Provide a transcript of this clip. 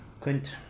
clint